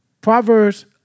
Proverbs